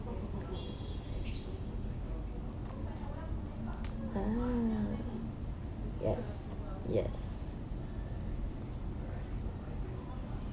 ah yes yes